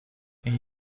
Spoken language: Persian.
این